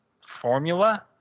formula